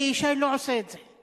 אלי ישי לא עושה את זה.